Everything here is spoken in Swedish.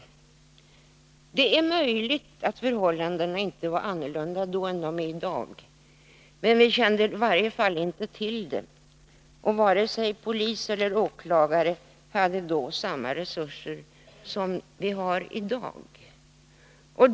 Måndagen den Det är möjligt att förhållandena då inte var andra än de är i dag, men vi 28 februari 1983 kände i varje fall inte till dem. Varken polis eller åklagare hade då samma resurser som i dag.